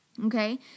Okay